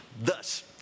Thus